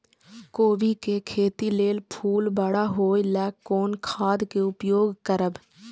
कोबी के खेती लेल फुल बड़ा होय ल कोन खाद के उपयोग करब?